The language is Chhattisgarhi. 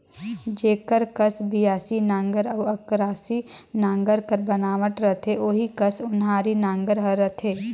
जेकर कस बियासी नांगर अउ अकरासी नागर कर बनावट रहथे ओही कस ओन्हारी नागर हर रहथे